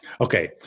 Okay